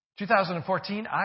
2014